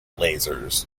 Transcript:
lasers